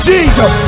Jesus